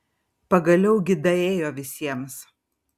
pagaliau gi daėjo visiems